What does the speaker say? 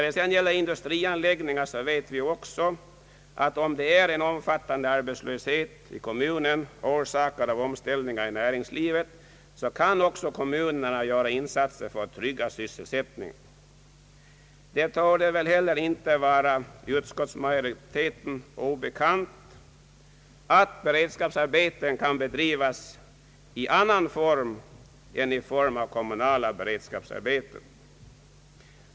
Beträffande industrianläggningar vet vi också att om en omfattande arbetslöshet i kommunen orsakats av omställningar i näringslivet kan kommunerna göra insatser även på detta område för att trygga sysselsättningen. Det torde heller inte vara utskottsmajoriteten obekant att beredskapsarbeten kan bedrivas i annan form än kommunala <beredskapsarbeten.